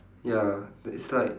ya it's like